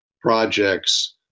projects